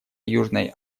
южной